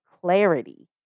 clarity